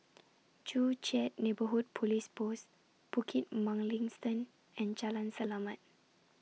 Joo Chiat Neighbourhood Police Post Bukit Mugliston and Jalan Selamat